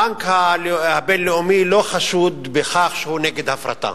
הבנק הבין-לאומי לא חשוד בכך שהוא נגד הפרטה.